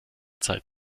zeit